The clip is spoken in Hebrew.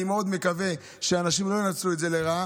אני מאוד מקווה שאנשים לא ינצלו את זה לרעה,